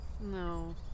No